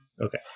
Okay